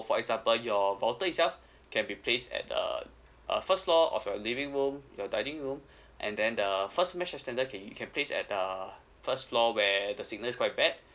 for example your router itself can be placed at the uh first floor of your living room your dining room and then the first mesh extender you can place at the first floor where the signal is quite bad